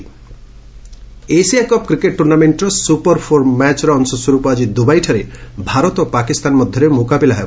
Asia cup Asia cup cricket ଟୁର୍ଷ୍ଣାମେଣ୍ଟ୍ର super four ମ୍ୟାଚ୍ର ଅଂଶସ୍ୱର୍ପ ଆକି ଦୁବାଇଠାରେ ଭାରତ ପାକିସ୍ତାନ ମଧ୍ୟରେ ମୁକାବିଲା ହେବ